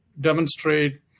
demonstrate